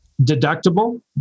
deductible